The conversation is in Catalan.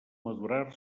madurar